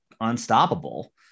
unstoppable